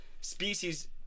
species